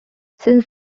since